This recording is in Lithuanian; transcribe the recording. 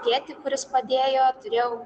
tėtį kuris padėjo turėjau